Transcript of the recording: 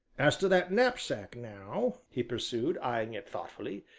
as to that knapsack now, he pursued, eyeing it thoughtfully,